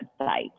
website